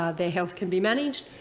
ah their health can be managed.